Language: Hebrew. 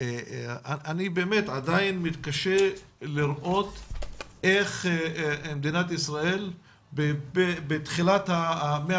אני באמת עדיין מתקשה לראות איך מדינת ישראל בתחילת המאה